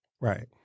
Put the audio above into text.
right